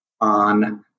on